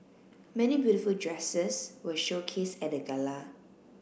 many beautiful dresses were showcased at the gala